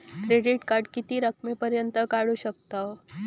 Credit card किती रकमेपर्यंत काढू शकतव?